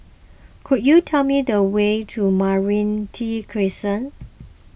could you tell me the way to Meranti Crescent